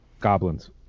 Goblins